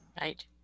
right